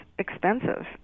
expensive